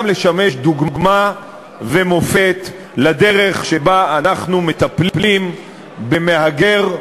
גם לשמש דוגמה ומופת בדרך שבה אנחנו מטפלים במהגר,